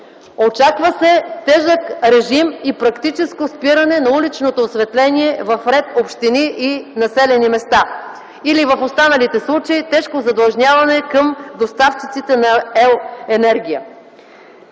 Очаква се тежък режим и практическо спиране на уличното осветление в редица общини и населени места, а в останалите случаи – тежко задлъжняване към доставчиците на електроенергия.